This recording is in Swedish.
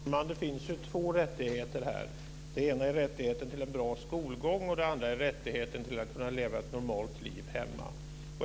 Fru talman! Det finns två rättigheter här. Den ena är rättigheten till en bra skolgång, och den andra är rättigheten att kunna leva ett normalt liv hemma.